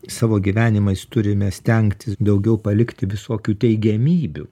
savo gyvenimais turime stengtis daugiau palikti visokių teigiamybių